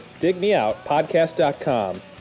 digmeoutpodcast.com